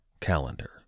calendar